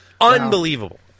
Unbelievable